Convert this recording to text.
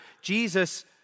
Jesus